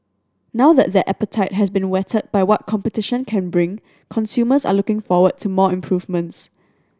now that their appetite has been whetted by what competition can bring consumers are looking forward to more improvements